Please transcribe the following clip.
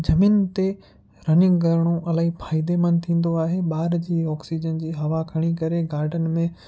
ज़मीन ते रनिंग करिणो अलाई फ़ाइदेमंद थींदो आहे ॿार जी ऑक्सीजन जी हवा खणी करे गार्डन में